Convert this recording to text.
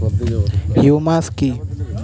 Humus কি?